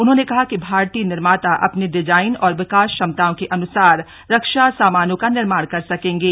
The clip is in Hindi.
उन्होंने कहा कि भारतीय निर्माता अपने डिजाइन और विकास क्षमताओं के अनुसार रक्षा सामानों का निर्माण कर सकेंगे